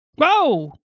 Whoa